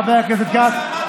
חבר הכנסת כץ,